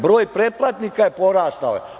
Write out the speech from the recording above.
Broj pretplatnika je porastao.